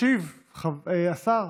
ישיב שר